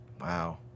Wow